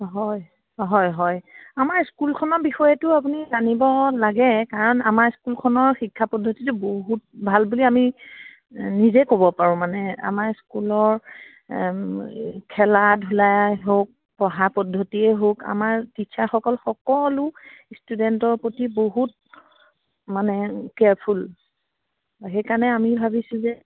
হয় হয় হয় আমাৰ স্কুলখনৰ বিষয়েতো আপুনি জানিব লাগে কাৰণ আমাৰ স্কুলখনৰ শিক্ষা পদ্ধতিটো বহুত ভাল বুলি আমি নিজেই ক'ব পাৰোঁ মানে আমাৰ স্কুলৰ খেলা ধূলাই হওক পঢ়া পদ্ধতিয়ে হওক আমাৰ টিচাৰসকল সকলো ষ্টুডেণ্টৰ প্ৰতি বহুত মানে কেয়াৰফুল সেইকাৰণে আমি ভাবিছোঁ যে